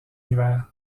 hiver